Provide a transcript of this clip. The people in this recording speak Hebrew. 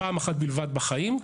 פעם אחת בלבד בחיים,